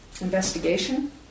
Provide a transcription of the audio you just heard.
Investigation